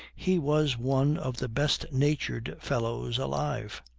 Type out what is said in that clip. he was one of the best natured fellows alive.